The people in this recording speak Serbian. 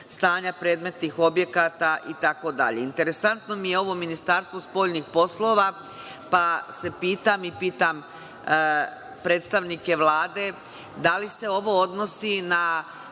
stanja predmetnih objekata itd. Interesantno mi je ovo Ministarstvo spoljnih poslova, pa se pitam i pitam predstavnike Vlade - da li se ovo odnosi na